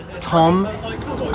Tom